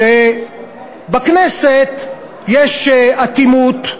כשבכנסת יש אטימות,